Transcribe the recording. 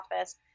office